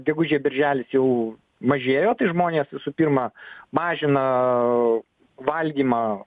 gegužė birželis jau mažėjo tai žmonės visų pirma mažina valgymą